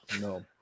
No